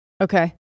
Okay